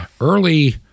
early